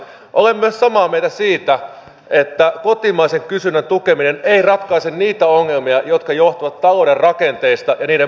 olen samaa mieltä myös siitä että kotimaisen kysynnän tukeminen ei ratkaise niitä ongelmia jotka johtuvat talouden rakenteista ja niiden muutoksista